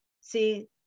See